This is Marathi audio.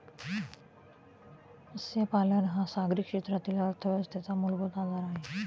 मत्स्यपालन हा सागरी क्षेत्रातील अर्थव्यवस्थेचा मूलभूत आधार आहे